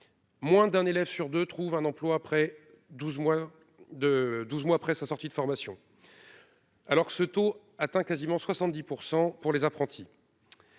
moins d'un élève sur deux a trouvé un emploi douze mois après sa sortie de formation, alors que ce taux atteint quasiment 70 % chez les apprentis.